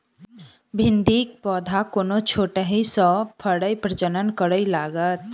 भिंडीक पौधा कोना छोटहि सँ फरय प्रजनन करै लागत?